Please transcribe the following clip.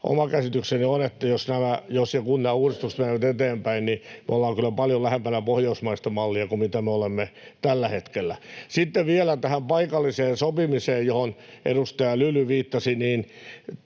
oma käsitykseni on, että jos ja kun nämä uudistukset menevät eteenpäin, me ollaan kyllä paljon lähempänä pohjoismaista mallia kuin mitä me olemme tällä hetkellä. Sitten vielä tähän paikalliseen sopimiseen, johon edustaja Lyly viittasi: Minä